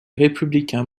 républicains